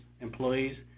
employees